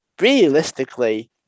realistically